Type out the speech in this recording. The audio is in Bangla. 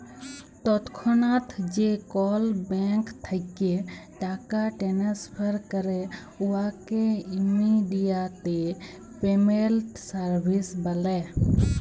তৎক্ষণাৎ যে কল ব্যাংক থ্যাইকে টাকা টেনেসফার ক্যরে উয়াকে ইমেডিয়াতে পেমেল্ট সার্ভিস ব্যলে